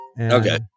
okay